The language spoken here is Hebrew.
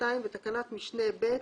בתקנת משנה (ב),